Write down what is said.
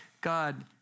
God